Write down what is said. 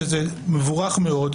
שזה מבורך מאוד,